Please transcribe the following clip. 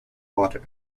water